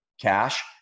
cash